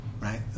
right